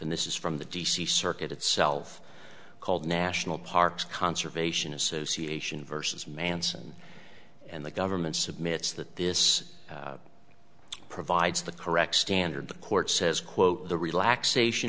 and this is from the d c circuit itself called national parks conservation association versus manson and the governments of myths that this provides the correct standard the court says quote the relaxation